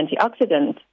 antioxidant